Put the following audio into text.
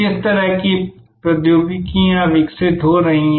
किस तरह की प्रौद्योगिकियां विकसित हो रही हैं